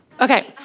okay